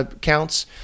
counts